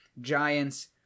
Giants